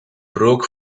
rook